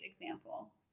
example